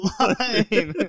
line